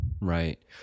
Right